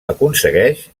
aconsegueix